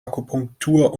akupunktur